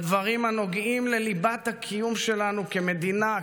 בדברים הנוגעים לליבת הקיום שלנו כמדינה,